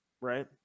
right